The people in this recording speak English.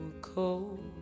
cold